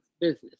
business